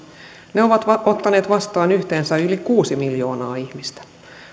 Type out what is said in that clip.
ne ovat ottaneet vastaan yhteensä yli kuusi miljoonaa ihmistä